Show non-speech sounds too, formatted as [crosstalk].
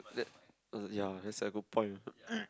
that ya that's a good point [noise]